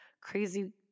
crazy